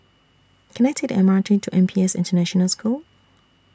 Can I Take The M R T to N P S International School